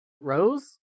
Rose